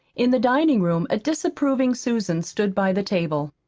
in the dining-room a disapproving susan stood by the table.